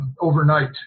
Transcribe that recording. overnight